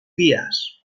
vías